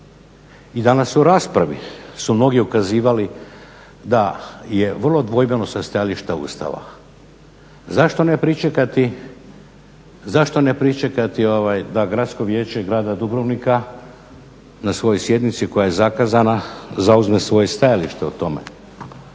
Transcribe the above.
i danas u raspravi su mnogi ukazivali da je vrlo dvojbeno sa stajališta Ustava. Zašto ne pričekati da Gradsko vijeće grada Dubrovnika na sjednici koja je zakazana zauzme svoje stajalište o tome?